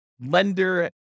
lender